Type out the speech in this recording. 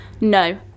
no